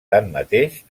tanmateix